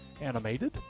animated